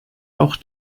auch